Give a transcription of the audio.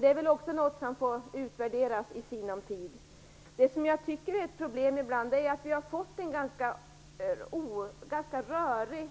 Det är väl också något som får utvärderas i sinom tid. Det jag ibland tycker är ett problem, är att vi har fått en ganska rörig